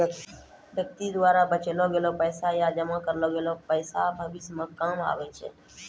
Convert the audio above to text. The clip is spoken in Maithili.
व्यक्ति द्वारा बचैलो गेलो पैसा या जमा करलो गेलो पैसा भविष्य मे काम आबै छै